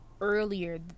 earlier